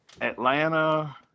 Atlanta